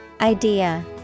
Idea